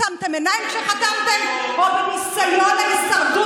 עצמתם עיניים כשחתמתם או בניסיון להישרדות